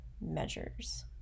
measures